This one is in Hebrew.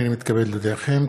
הנני מתכבד להודיעכם,